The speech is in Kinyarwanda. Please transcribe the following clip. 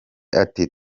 ati